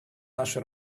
нашу